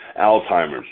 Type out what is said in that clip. Alzheimer's